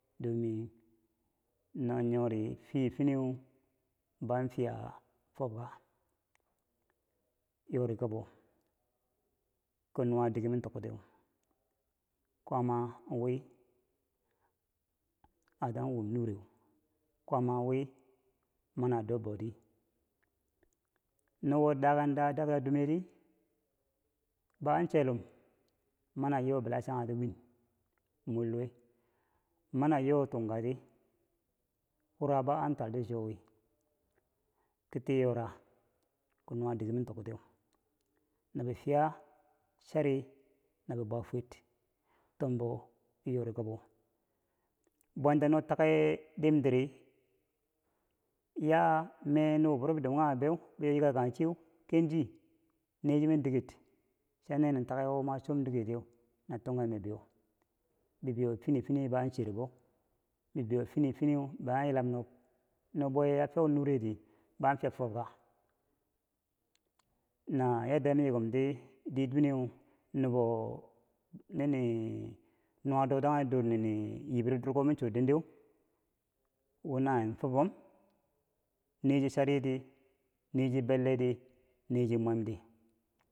dome no nyori fini fineu ban fiya fobka yorikabo kom nuwa diker ma toktiye kwaama wii a tan wom nureu kwaama wii mana dobboti nowo daken daa dumeri, bo an chellumno mana a yo bila changhe ti wiin mor luwe mani ayo tungkati wura bou an twaltichowi ki tii yora kom nuwa dike ma toktiyeu, nibi fiya chare na bwefud tombou yori kabo bwetano take ditiri ya me nubo buro bidon kangha beu bou yo yika kanye chiyeu kenchi nechene diked cha neneni take wo mwa chom diketiyeu na tungken bibenyo bibeyo fini finiye bo an cherbou bibeyo fini finiye bo an ba an yilam nobwe ya fiya nure di ban fiya fo- obka na yarda mi yii komti di duwene nubo nini nuwa dotanye dir nini nii bero durko m cho dendeu wo na weu fubom ne chi ne chi belle ti, ne chi mwem ti.